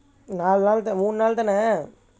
நாலு நாள் மூணு நாள் தானே:naalu naal moonu naal thaanae